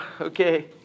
Okay